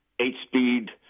eight-speed